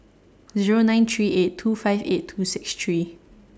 Zero nine three eight two five eight two six three